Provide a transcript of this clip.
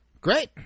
Great